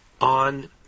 on